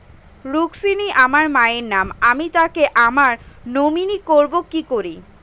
রুক্মিনী আমার মায়ের নাম আমি তাকে আমার নমিনি করবো কি করে?